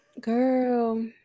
Girl